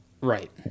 Right